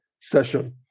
session